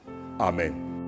Amen